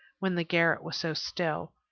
when the garret was so still,